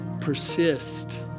persist